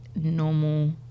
normal